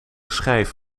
schijf